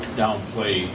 downplay